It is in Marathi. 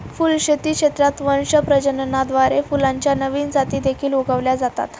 फुलशेती क्षेत्रात वंश प्रजननाद्वारे फुलांच्या नवीन जाती देखील उगवल्या जातात